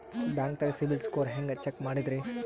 ಬ್ಯಾಂಕ್ದಾಗ CIBIL score ಹೆಂಗ್ check ಮಾಡದ್ರಿ?